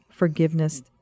forgiveness